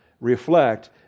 reflect